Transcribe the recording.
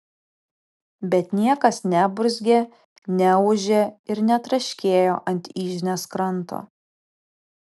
bet niekas neburzgė neūžė ir netraškėjo ant yžnės kranto